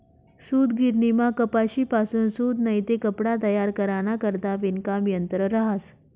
सूतगिरणीमा कपाशीपासून सूत नैते कपडा तयार कराना करता विणकाम यंत्र रहास